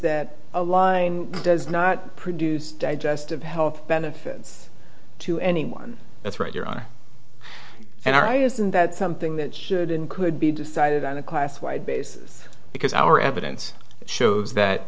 that does not produce digestive health benefits to anyone that's right your honor and i isn't that something that should and could be decided on a class wide basis because our evidence shows that